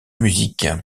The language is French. musiques